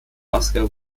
oscar